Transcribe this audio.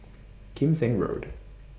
Kim Seng Road